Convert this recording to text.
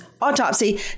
autopsy